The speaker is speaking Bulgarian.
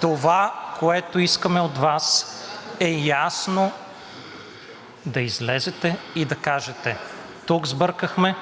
Това, което искаме от Вас, е ясно да излезете и да кажете: „Тук сбъркахме,